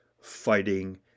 fighting